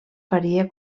faria